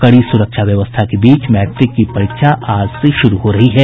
कड़ी सुरक्षा व्यवस्था के बीच मैट्रिक की परीक्षा आज से शुरू हो रही है